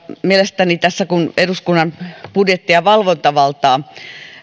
mielestäni kun eduskunnan budjetti ja valvontavaltaa